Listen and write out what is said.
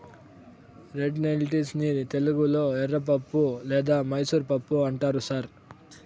red lentils ని తెలుగులో ఎర్రపప్పు లేదా మైసూర్ పప్పు అంటారు సార్